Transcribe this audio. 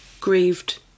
grieved